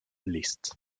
list